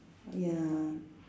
ya